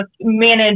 manage